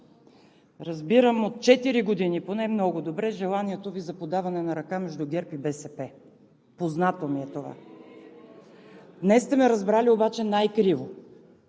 Разбирам – от четири години поне, много добре желанието Ви за подаване на ръка между ГЕРБ и БСП, познато ми е това. Днес сте ме разбрали обаче най-криво.